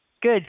Good